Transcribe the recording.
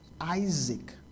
Isaac